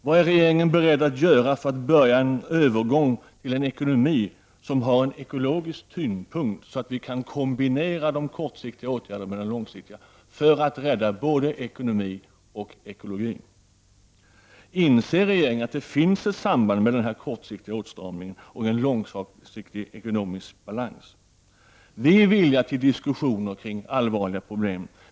Vad är regeringen beredd att göra för att börja en övergång till en ekonomi som har en ekologisk tyngdpunkt, så att vi kan kombinera de kortsiktiga åtgärderna med de långsiktiga, för att rädda både ekonomi och ekologi? Inser regeringen att det finns ett samband mellan den kortsiktiga åtstramningen och en långsiktig ekonomisk balans? Vi är villiga till diskussioner om allvarliga problem.